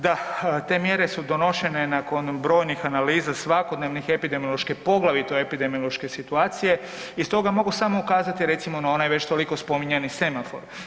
Da, te mjere donesene nakon brojnih analiza svakodnevne epidemiološke, poglavito epidemiološke situacije, iz toga mogu samo kazati recimo na onaj već toliko spominjani semafor.